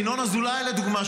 ינון אזולאי לדוגמה,